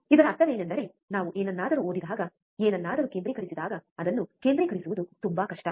ಇದರ ಅರ್ಥವೇನೆಂದರೆ ನಾವು ಏನನ್ನಾದರೂ ಓದಿದಾಗ ಏನನ್ನಾದರೂ ಕೇಂದ್ರೀಕರಿಸಿದಾಗ ಅದನ್ನು ಕೇಂದ್ರೀಕರಿಸುವುದು ತುಂಬಾ ಕಷ್ಟ